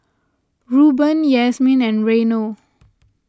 Rueben Yasmine and Reino